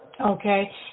Okay